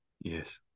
Yes